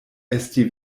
esti